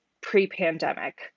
pre-pandemic